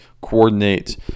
coordinate